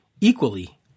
equally